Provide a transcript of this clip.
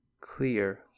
clear